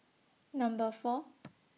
Number four